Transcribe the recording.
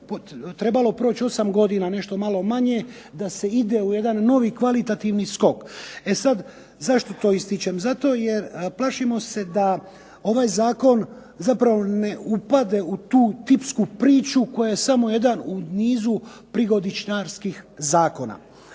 trebalo proći 8 godina nešto malo manje da se ide u jedan novi kvalitativni skok. E sada zašto to ističem. Zato jer plašimo se da ovaj Zakon ne upadne u tu tipsku priču koja je samo jedna u nizu prigodničarskih zakona.